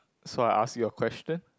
so I ask you a question